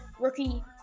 rookie